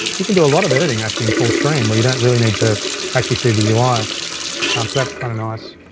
you can do a lot of editing actually in full-screen, where you don't really need to actually see the ui. um um so that's kind of nice.